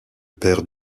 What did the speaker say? père